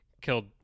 killed